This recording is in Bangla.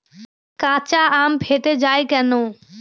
কাঁচা আম ফেটে য়ায় কেন?